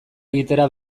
egitera